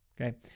Okay